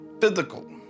physical